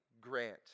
grant